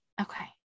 Okay